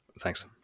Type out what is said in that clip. Thanks